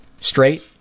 straight